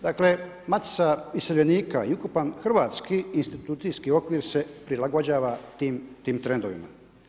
Dakle, Matica iseljenika i ukupan hrvatski institucijski okvir se prilagođava tim trendovima.